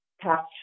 past